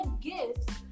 gifts